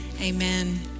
Amen